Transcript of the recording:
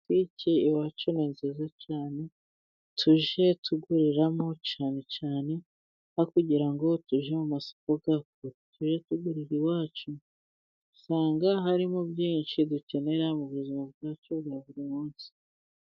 Butike iwacu ni nziza cyane. Tujye tuguriramo cyane cyane aho kugira ngo tujye mu masoko ya kure, tujye tugurira iwacu, usanga harimo byinshi dukenera mu buzima bwacu bwa buri munsi.